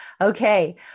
Okay